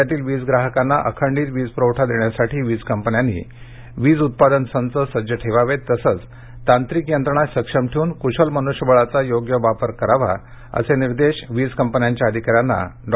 राज्यातील वीज ग्राहकांना अखंडित वीजप्रवठा देण्यासाठी वीज कंपन्यांनी वीज उत्पादन संच सज्ज ठेवावे तसंच तांत्रिक यंत्रणा सक्षम ठेवून कुशल मनुष्यबळाचा योग्य वापर करावा असे निर्देश वीज कंपन्यांच्या अधिकाऱ्यांना डॉ